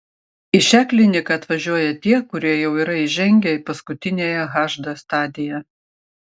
į šią kliniką atvažiuoja tie kurie jau yra įžengę į paskutiniąją hd stadiją